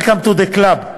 Welcome to the club.